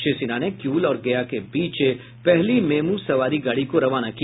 श्री सिन्हा ने किऊल और गया के बीच पहली मेमू सवारी गाड़ी को रवाना किया